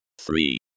three